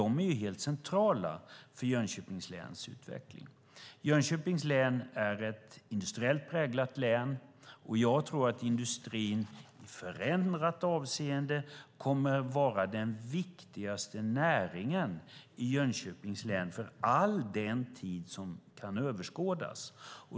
De är helt centrala för Jönköpings läns utveckling. Jönköpings län är ett industriellt präglat län, och jag tror att industrin i förändrat avseende kommer att vara den viktigaste näringen i Jönköpings län för all den tid som kan överblickas.